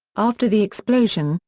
after the explosion,